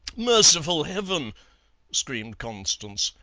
merciful heaven screamed constance,